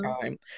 time